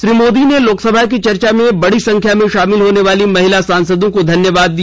श्री मोदी ने लोकसभा की चर्चा में बडी संख्या में शामिल होने वाली महिला सांसदों को धन्यावाद दिया